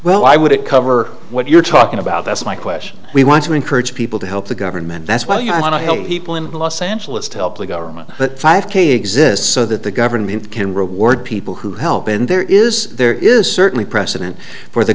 well i wouldn't cover what you're talking about that's my question we want to encourage people to help the government that's why you want to help people in los angeles to help the government but five k exists so that the government can reward people who help in there is there is certainly precedent for the